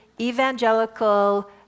evangelical